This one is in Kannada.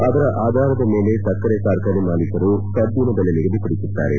ಅದರ ಆಧಾರದ ಮೇಲೆ ಸಕ್ಕರೆ ಕಾರ್ಖಾನೆ ಮಾಲೀಕರು ಕಬ್ಬಿನ ಬೆಲೆ ನಿಗದಿಪಡಿಸುತ್ತಾರೆ